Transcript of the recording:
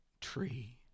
tree